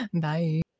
Bye